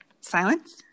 silence